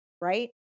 right